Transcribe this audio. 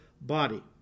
body